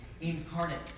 incarnate